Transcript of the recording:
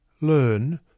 Learn